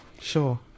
Sure